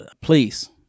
please